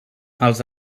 els